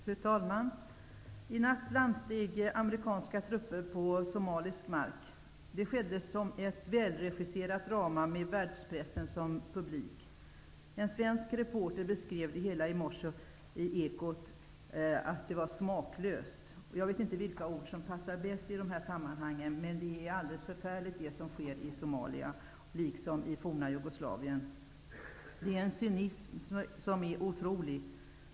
Fru talman! I natt landsteg amerikanska trupper på somalisk mark. Det skedde som ett välregisserat drama med världspressen som publik. En svensk reporter beskrev det hela i Ekot i morse som smaklöst. Jag vet inte vilka ord som passar bäst i dessa sammanhang, men det som sker i Somalia, liksom det som sker i det forna Jugoslavien, är alldeles förfärligt. Det är en cynism som är otrolig.